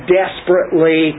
desperately